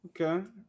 Okay